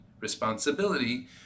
responsibility